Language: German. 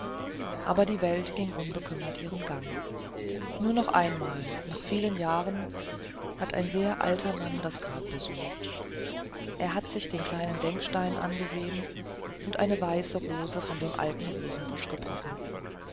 aber die welt ging unbekümmert ihren gang nur noch einmal nach vielen jahren hat ein sehr alter mann das grab besucht er hat sich den kleinen denkstein angesehen und eine weiße rose von dem alten rosenbusch gebrochen